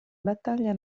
battaglia